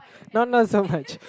not not so much